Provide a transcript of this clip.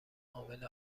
عامل